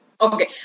Okay